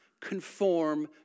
conform